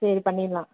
சரி பண்ணிடலாம்